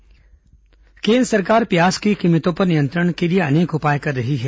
प्याज कीमत केन्द्र सरकार प्याज की कीमतों पर नियंत्रण के लिए अनेक उपाय कर रही है